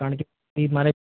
કારણ કે મારે